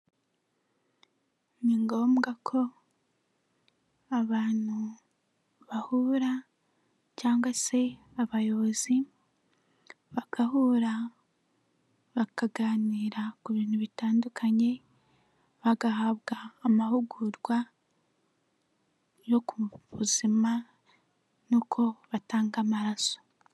Ni ngombwa ko abantu bahura cyangwa se abayobozi bagahura, bakaganira ku bintu bitandukanye, bagahabwa amahugurwa yo ku buzima n'uko batanga amaraso.